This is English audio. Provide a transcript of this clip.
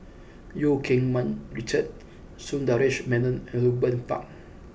Eu Keng Mun Richard Sundaresh Menon Ruben Pang